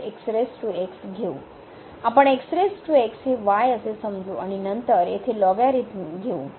आपण हे y असे समजू आणि नंतर येथे लोगॅरिथम घेऊ